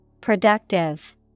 Productive